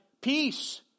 peace